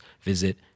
visit